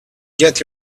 get